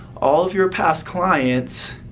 all of your past clients,